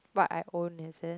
what I own is it